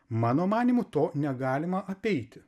mano manymu to negalima apeiti